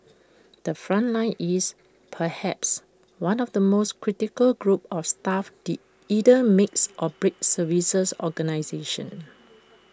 the front line is perhaps one of the most critical groups of staff that either makes or breaks services organisations